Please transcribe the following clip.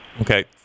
Okay